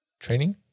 Training